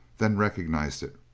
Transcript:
then recognized it.